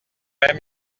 même